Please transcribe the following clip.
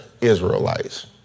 Israelites